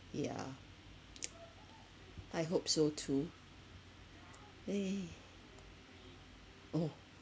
yeah I hope so too !yay! oh